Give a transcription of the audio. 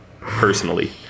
personally